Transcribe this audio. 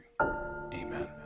Amen